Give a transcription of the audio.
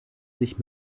sich